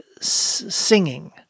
singing